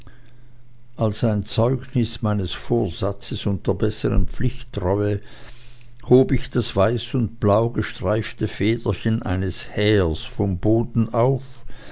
als ein zeugnis meines vorsatzes und der besseren pflichttreue hob ich das weiß und blau gestreifte federchen eines hähers vom boden auf